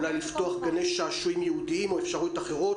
אולי לפתוח גני שעשועים ייעודיים או אפשרויות אחרות.